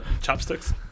Chopsticks